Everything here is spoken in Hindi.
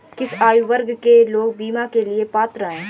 किस आयु वर्ग के लोग बीमा के लिए पात्र हैं?